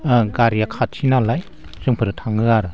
ओ गारिया खाथिनालाय जोंफोरो थाङो आरो